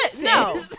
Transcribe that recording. no